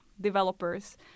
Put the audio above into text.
developers